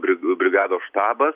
briga brigados štabas